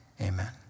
Amen